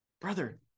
brother